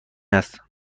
است